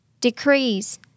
Decrease